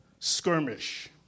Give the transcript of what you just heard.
Skirmish